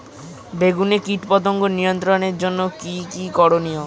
বেগুনে কীটপতঙ্গ নিয়ন্ত্রণের জন্য কি কী করনীয়?